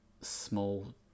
small